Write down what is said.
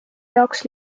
jaoks